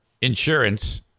insurance